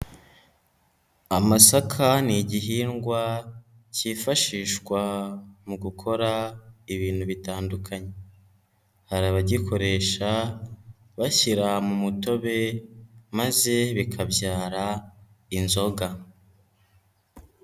Amasaka ni igihingwa cyifashishwa mu gukora ibintu bitandukanye, hari abagikoresha bashyira mu mutobe maze bikabyara inzoga.